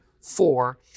four